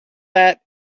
that